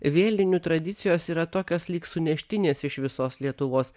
vėlinių tradicijos yra tokios lyg suneštinės iš visos lietuvos